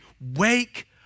wake